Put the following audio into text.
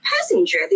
passenger